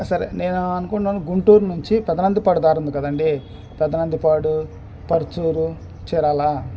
సరే నేను అనుకుంటున్నాను గుంటూరు నుంచి పెదనందుపాడు దారి ఉంది కదండీ పెదనందుపాడు పడుచూరు చీరాల